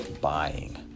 buying